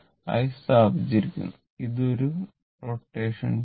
ആയി സ്ഥാപിച്ചിരിക്കുന്നു ഇത് ഒരു രൊറ്റഷൻ ചെയ്യും